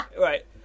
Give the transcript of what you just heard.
Right